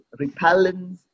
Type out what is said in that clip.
repellents